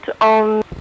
on